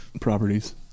properties